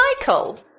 Michael